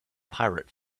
pirate